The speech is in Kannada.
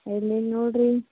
ಎಲ್ಲಿಲ್ಲ ನೋಡಿರಿ